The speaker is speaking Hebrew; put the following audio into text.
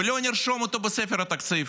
ולא נרשום אותו בספר התקציב.